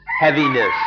heaviness